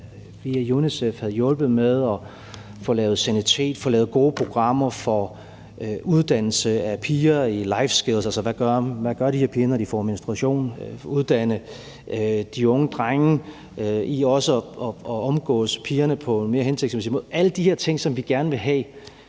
via UNICEF havde hjulpet med at få lavet sanitet, få lavet gode programmer for uddannelse af piger i life skills, altså hvad de her piger gør, når de får menstruation, uddanne de unge drenge i også at omgås pigerne på en mere hensigtsmæssig måde – alle de her ting, som vi gerne vil have